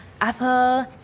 Apple